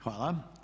Hvala.